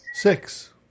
six